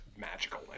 magical